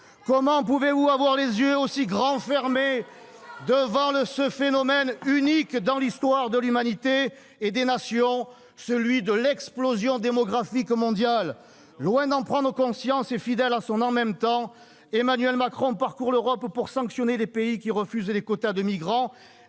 Comment pouvez-vous avoir les yeux aussi grand fermés devant ce phénomène unique dans l'histoire de l'humanité et des nations : l'explosion démographique mondiale ! Loin d'en prendre conscience, et fidèle à son « en même temps », Emmanuel Macron parcourt l'Europe pour sanctionner les pays qui refusent les quotas de migrants,